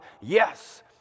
Yes